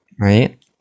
right